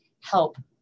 help